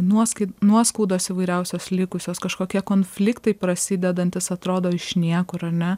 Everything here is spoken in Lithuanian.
nuoskai nuoskaudos įvairiausios likusios kažkokie konfliktai prasidedantys atrodo iš niekur ar ne